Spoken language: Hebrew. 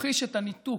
ממחיש את הניתוק.